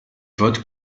votes